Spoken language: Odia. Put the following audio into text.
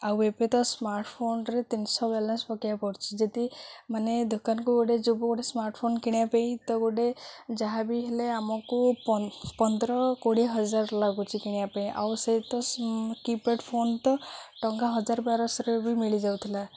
ଆଉ ଏବେ ତ ସ୍ମାର୍ଟଫୋନ୍ରେ ତିନିଶହ ବାଲାନ୍ସ ପକାଇବାକୁ ପଡ଼ୁଛି ଯଦି ମାନେ ଦୋକାନକୁ ଗୋଟେ ଯିବୁ ଗୋଟେ ସ୍ମାର୍ଟଫୋନ୍ କିଣିବା ପାଇଁ ତ ଗୋଟେ ଯାହାବି ହେଲେ ଆମକୁ ପ ପନ୍ଦର କୋଡ଼ିଏ ହଜାର ଲାଗୁଛି କିଣିବା ପାଇଁ ଆଉ ସେହି ତ କିପ୍ୟାଡ଼ ଫୋନ୍ ତ ଟଙ୍କା ହଜାର ବାରଶହରେ ବି ମିଳିଯାଉଥିଲା